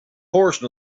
portion